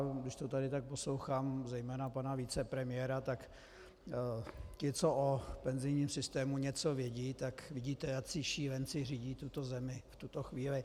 Když to tady tak poslouchám, zejména pana vicepremiéra, tak ti, co o penzijním systému něco vědí, tak vidíte, jací šílenci řídí tuto zemi v tuto chvíli.